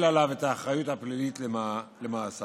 עליו את האחריות הפלילית למעשיו".